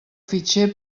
fitxer